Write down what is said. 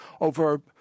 over